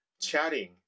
chatting